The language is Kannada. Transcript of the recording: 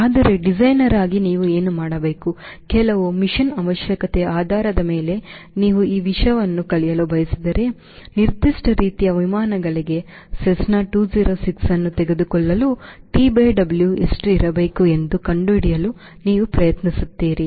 ಆದರೆ ಡಿಸೈನರ್ ಆಗಿ ನೀವು ಏನು ಮಾಡಬೇಕು ಕೆಲವು ಮಿಷನ್ ಅವಶ್ಯಕತೆಯ ಆಧಾರದ ಮೇಲೆ ನೀವು ಈ ವಿಷಯವನ್ನು ಕಲಿಯಲು ಬಯಸಿದರೆ ನಿರ್ದಿಷ್ಟ ರೀತಿಯ ವಿಮಾನಗಳಿಗೆ Cessna 206 ಅನ್ನು ತೆಗೆದುಕೊಳ್ಳಲು TW ಎಷ್ಟು ಇರಬೇಕು ಎಂದು ಕಂಡುಹಿಡಿಯಲು ನೀವು ಪ್ರಯತ್ನಿಸುತ್ತೀರಿ